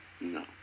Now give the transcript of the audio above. No